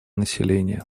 населения